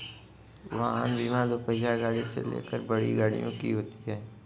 वाहन बीमा दोपहिया गाड़ी से लेकर बड़ी गाड़ियों की होती है